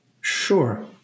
Sure